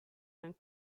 and